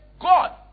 God